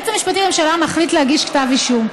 היועץ המשפטי לממשלה מחליט להגיש כתב אישום,